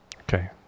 Okay